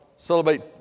Celebrate